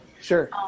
Sure